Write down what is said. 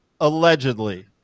allegedly